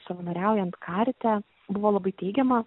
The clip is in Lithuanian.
savanoriaujant karite buvo labai teigiama